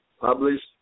published